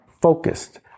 focused